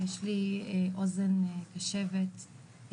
יש לי אוזן קשבת,